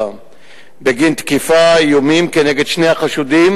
בגין תקיפה ואיומים כנגד שני החשודים.